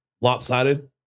lopsided